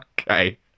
Okay